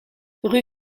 rue